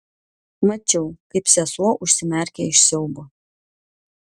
mačiau kaip sesuo užsimerkia iš siaubo